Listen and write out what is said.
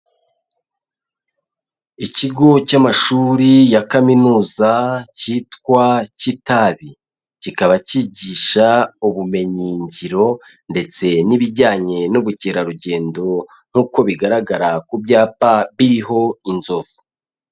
Ikigo cy'amashuri ya Kaminuza kitwa Kitabi, kikaba kigisha ubumenyingiro ndetse n'ibijyanye n'ubukerarugendo nk'uko bigaragara ku byapa biriho inzovu.